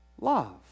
Love